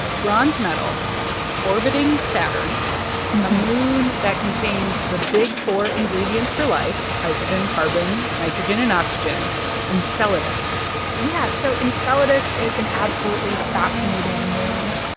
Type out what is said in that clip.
bronze medal orbiting saturn a moon that contains the big four ingredients for life hydrogen, carbon, nitrogen and oxygen enceladus yeah, so enceladus is an absolutely fascinating moon.